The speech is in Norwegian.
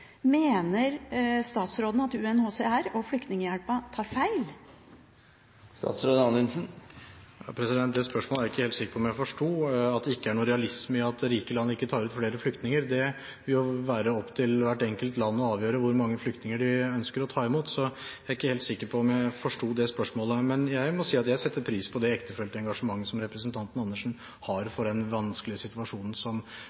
Mener statsråden at UNHCR og Flyktninghjelpen tar feil? Det spørsmålet er jeg ikke helt sikker på om jeg forsto – at det ikke er noen realisme i at rike land tar ut flere flyktninger. Det vil jo være opp til hvert enkelt land å avgjøre hvor mange flyktninger de ønsker å ta imot, så jeg er ikke helt sikker på om jeg forsto det spørsmålet. Men jeg må si at jeg sitter pris på det ektefølte engasjementet som representanten Karin Andersen har for den vanskelige situasjonen som